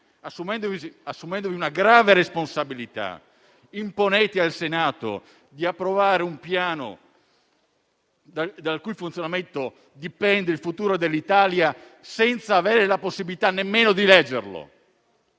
assumendovi una grave responsabilità, imponete al Senato di approvare un Piano dal cui funzionamento dipende il futuro dell'Italia senza avere la possibilità nemmeno di leggerlo?